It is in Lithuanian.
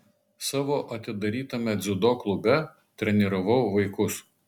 savo atidarytame dziudo klube treniravau vaikus